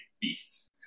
beasts